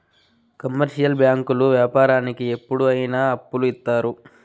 commercial బ్యాంకులు వ్యాపారానికి ఎప్పుడు అయిన అప్పులు ఇత్తారు